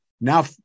now